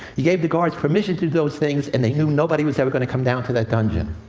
he gave the guards permission to do those things, and they knew nobody was ever going to come down to that dungeon.